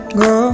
go